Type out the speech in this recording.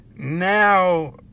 Now